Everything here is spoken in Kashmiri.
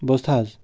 بوزتھا حظ